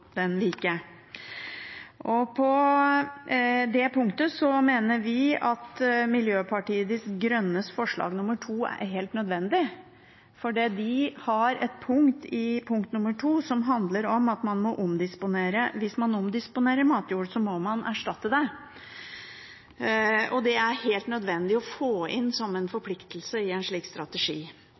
På det punktet mener vi at Miljøpartiet De Grønnes forslag nr. 2 er helt nødvendig. De har et punkt i forslag nr. 2 som handler om at hvis man omdisponerer matjord, må man erstatte den. Det er helt nødvendig å få inn som en forpliktelse i en slik strategi.